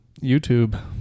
YouTube